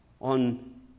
on